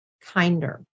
Kinder